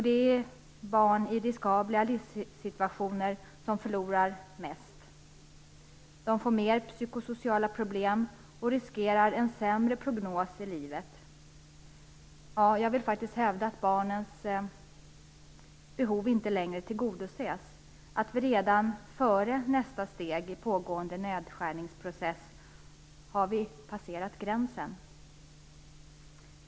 Det är barn i riskabla livssituationer som förlorar mest. De får mer psykosociala problem och riskerar en sämre prognos i livet. Jag vill hävda att barnens behov inte längre tillgodoses, att vi redan före nästa steg i pågående nedskärningsprocess har passerat gränsen.